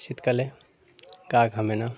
শীতকালে গা ঘামে না